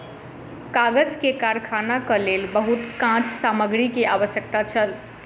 कागज के कारखानाक लेल बहुत काँच सामग्री के आवश्यकता छल